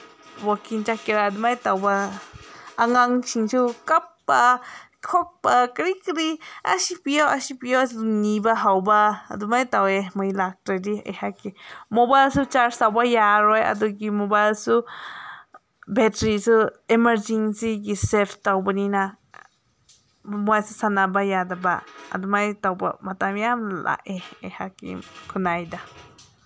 ꯋꯥꯀꯤꯡ ꯆꯠꯀꯦꯔꯥ ꯑꯗꯨꯃꯥꯏꯅ ꯇꯧꯕ ꯑꯉꯥꯡꯁꯤꯡꯁꯨ ꯀꯞꯄ ꯈꯣꯠꯄ ꯀꯔꯤ ꯀꯔꯤ ꯑꯁꯤ ꯄꯤꯌꯣ ꯑꯁꯤ ꯄꯤꯌꯣ ꯅꯤꯕ ꯍꯧꯕ ꯑꯗꯨꯃꯥꯏꯅ ꯇꯧꯋꯦ ꯃꯩ ꯂꯥꯛꯇ꯭ꯔꯗꯤ ꯑꯩꯍꯥꯛꯀꯤ ꯃꯣꯕꯥꯏꯜꯁꯨ ꯆꯥꯔꯖ ꯇꯧꯕ ꯌꯥꯔꯣꯏ ꯑꯗꯨꯒꯤ ꯃꯣꯕꯥꯏꯜꯁꯨ ꯕꯦꯇ꯭ꯔꯤꯁꯨ ꯑꯦꯃꯔꯖꯦꯟꯁꯤꯒꯤ ꯁꯦꯐ ꯇꯧꯕꯅꯤꯅ ꯃꯁꯤ ꯁꯥꯅꯕ ꯌꯥꯗꯕ ꯑꯗꯨꯃꯥꯏꯅ ꯇꯧꯕ ꯃꯇꯝ ꯌꯥꯝ ꯂꯥꯛꯑꯦ ꯑꯩꯍꯥꯛꯀꯤ ꯈꯨꯅꯥꯏꯗ